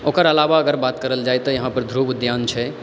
ओकर अलावा अगर बात करल जाइ तऽ यहाँपर ध्रुव उद्यान छै